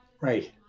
Right